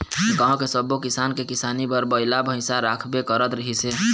गाँव के सब्बो किसान के किसानी बर बइला भइसा राखबे करत रिहिस हे